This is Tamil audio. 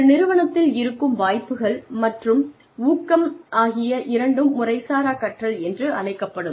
ஒரு நிறுவனத்தில் இருக்கும் வாய்ப்புகள் மற்றும் ஊக்கம் ஆகிய இரண்டும் முறைசாரா கற்றல் என்று அழைக்கப்படும்